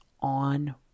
on